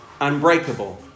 unbreakable